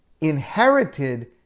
inherited